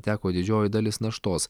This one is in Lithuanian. teko didžioji dalis naštos